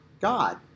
God